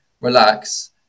relax